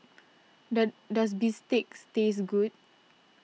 does does Bistake taste good